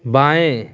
बाएँ